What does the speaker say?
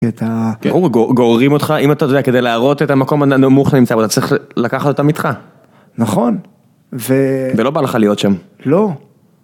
את ה... גוררים אותך, אם אתה יודע, כדי להראות את המקום הנמוך שאתה נמצא בו, אתה צריך לקחת אותה איתך. נכון. ולא בא לך להיות שם. לא.